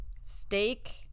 Steak